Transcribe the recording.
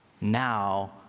Now